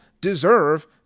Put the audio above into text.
deserve